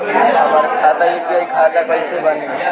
हमार खाता यू.पी.आई खाता कईसे बनी?